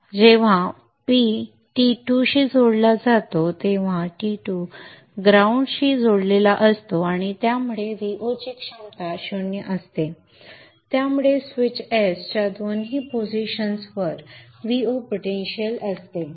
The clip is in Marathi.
जेव्हा P T2 शी जोडलेला असतो तेव्हा T2 ग्राउंड शी जोडलेला असतो आणि त्यामुळे Vo ची पोटेंशिअल 0 असते त्यामुळे स्विच S च्या दोन्ही पोझिशन्सवर Vo पोटेंशिअल परिभाषित असेल